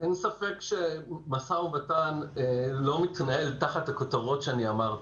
אין ספק שמשא ומתן לא מתנהל תחת הכותרות שאני אמרתי.